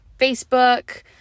Facebook